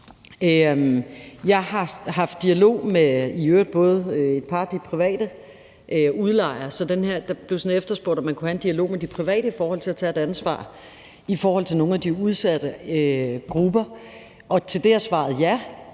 Jeg har haft en dialog med et par af de private udlejere. Der blev spurgt til, om man kunne tage en dialog med de private om at tage et ansvar i forhold til nogle af de udsatte grupper, og til det er svaret ja,